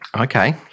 Okay